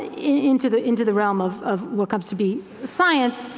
into the into the realm of of what comes to be science,